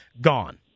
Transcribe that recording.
gone